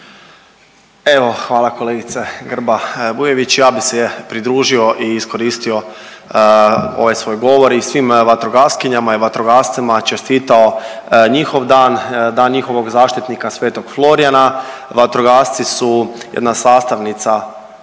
Evo hvala kolegice Grba Bujević. Ja bi se pridružio i iskoristio ovaj svoj govorim i svim vatrogastkinjama i vatrogascima čestitao njihov dan, dan njihovog zaštitnika Sv. Florijana, vatrogasci su jedna sastavnica svake